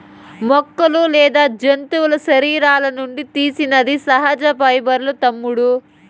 మొక్కలు లేదా జంతువుల శరీరాల నుండి తీసినది సహజ పైబర్లూ తమ్ముడూ